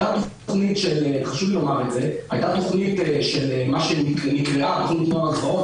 חשוב לי לומר שהיתה תכנית שנקראה נוער הגבעות,